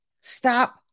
Stop